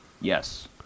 Yes